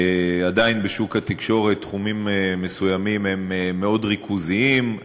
עדיין בשוק התקשורת תחומים מסוימים הם מאוד ריכוזיים,